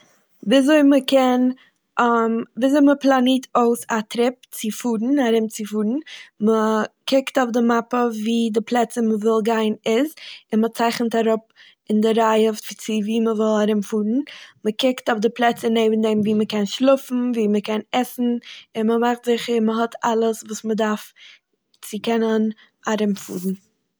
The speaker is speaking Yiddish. וויזוי מ'קען וויזוי מ'פלאנירט אויס א טריפ צו פארן- ארומצופארן. מ'קוקט אויף די מאפע וואו די פלעצער מ'וויל גיין איז און מ'צייכנט אראפ אין די רייע צו וואו מ'וואל ארוצפארן, מ'קוקט אויף די פלעצער נעבן דעם וואו מ'קען שלאפן און עסן, און מ'מאכט זיכער מ'האט אלעס וואס מ'דארף צו קענען ארומפארן.